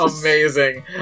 Amazing